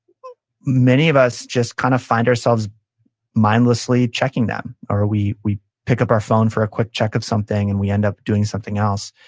many of us just kind of find ourselves mindlessly checking them, or we we pick up our phone for a quick check of something, and we end up doing something else.